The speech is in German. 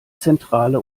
zentrale